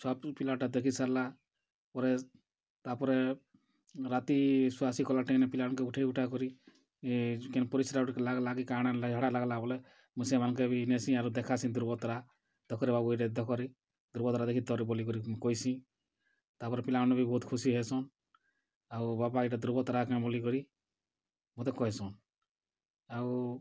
ଛୁଆ ପିଲା ଟା ଦେଖି ସାରିଲା ପରେ ତାପରେ ରାତି ଶୁଆ ଶୁଇ କଲା ଟାଇମ୍ରେ ପିଲା ମାନଙ୍କେ ଉଠାଇ ଉଠା କରି କେନ୍ ପରିଶ୍ରା ଗୁଟେ ଲାଗ୍ଲା ଲାଗି୍ କାଣା ଝାଡ଼ା ଲାଗ୍ଲା ବୋଲେ ମୁଁ ସେମାନଙ୍କେ ବି ନେସିଁ ଆରୁ ଦେଖା ଧ୍ରୁବତାରା ଦେଖ ରେ ବାବୁ ଏଇଟା ଦେଖରେ ଧ୍ରୁବତାରା ଦେଖି ତର୍ ବୋଲିକରି କହିସି ତାପରେ ପିଲାମାନେ ବି ବହୁତ ଖୁସି ହେସନ୍ ଆଉ ବାପା ଏଇଟା ଧ୍ରୁବତାରା କେଣ ବୋଲିକରି ମୋତେ କହେସନ୍ ଆଉ